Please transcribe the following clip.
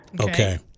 Okay